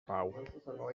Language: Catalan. pau